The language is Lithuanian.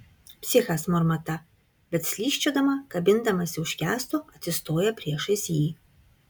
psichas murma ta bet slysčiodama kabindamasi už kęsto atsistoja priešais jį